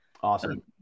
Awesome